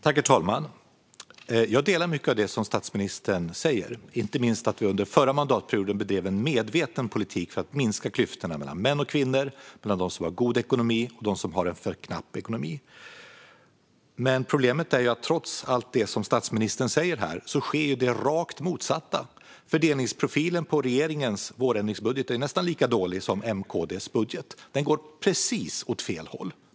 Herr talman! Jag håller med om mycket av det som statsministern säger, inte minst att vi under förra mandatperioden bedrev en medveten politik för att minska klyftorna mellan män och kvinnor och mellan dem som har god och knapp ekonomi. Problemet är dock att trots det som statsministern säger här sker det rakt motsatta. Fördelningsprofilen i regeringens vårändringsbudget är nästan lika dålig som i M-KD-budgeten. Den går åt precis fel håll.